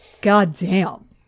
goddamn